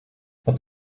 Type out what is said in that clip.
but